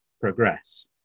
progress